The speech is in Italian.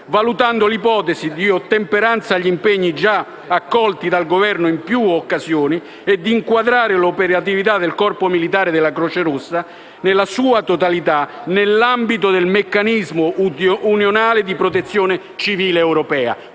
valutando l'ipotesi, in ottemperanza agli impegni già accolti da Governo in più occasioni, di inquadrare l'operatività del corpo militare della Croce Rossa, nella sua totalità, nell'ambito del meccanismo unionale di protezione civile europea,